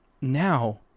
now